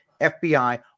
FBI